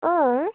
অঁ